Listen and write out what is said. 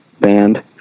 band